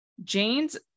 jane's